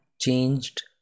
changed